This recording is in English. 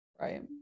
Right